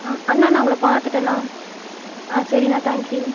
அ அண்ணா நான் உங்களை பார்த்துட்டேன்ணா ஆ சரிணா தேங்க்யூ